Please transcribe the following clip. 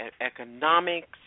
economics